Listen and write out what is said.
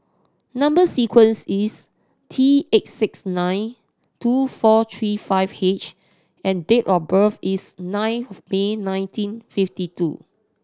number sequence is T eight six nine two four three five H and date of birth is nine of May nineteen fifty two